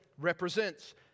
represents